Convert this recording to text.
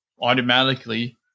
automatically